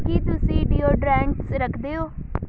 ਕੀ ਤੁਸੀਂ ਡੀਓਡਰੈਂਟਸ ਰੱਖਦੇ ਹੋ